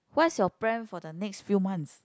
what's your plan for the next few months